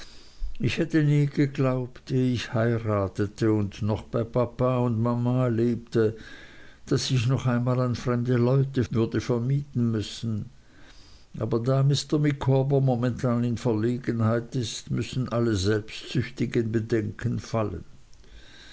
ich hätte nie geglaubt ehe ich heiratete und noch bei papa und mama lebte daß ich noch einmal an fremde leute würde vermieten müssen aber da mr micawber momentan in verlegenheiten ist müssen alle selbstsüchtigen bedenken fallen